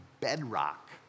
bedrock